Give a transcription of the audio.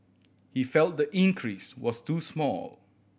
he felt the increase was too small